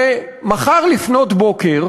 ומחר לפנות בוקר,